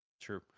True